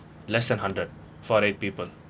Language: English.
less than hundred for eight people